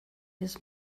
his